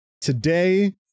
Today